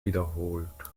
wiederholt